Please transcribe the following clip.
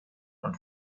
und